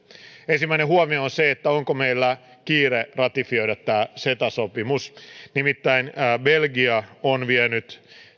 ensimmäinen huomio on se onko meillä kiire ratifioida tämä ceta sopimus nimittäin belgia on vienyt